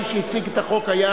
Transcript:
מי שהציג את החוק היה,